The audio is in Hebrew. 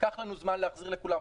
ייקח לנו זמן להחזיר לכולם.